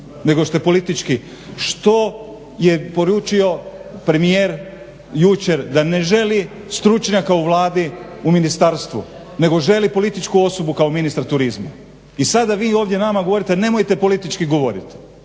nego ste politički. Što je poručio premijer jučer, da ne želi stručnjaka u Vladi, u Ministarstvu nego želi političku osobu kao ministra turizma. I sada vi ovdje nama govorite nemojte politički govorit.